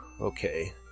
Okay